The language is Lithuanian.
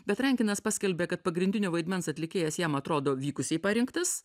bet rankinas paskelbė kad pagrindinio vaidmens atlikėjas jam atrodo vykusiai parinktas